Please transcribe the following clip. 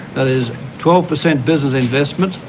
that is twelve percent business investment,